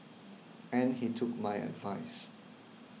and he took my advice